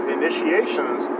initiations